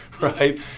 right